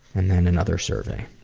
and then another survey.